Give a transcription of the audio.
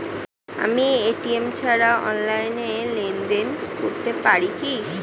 আমি এ.টি.এম ছাড়া অনলাইনে লেনদেন করতে পারি কি?